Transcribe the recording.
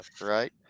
Right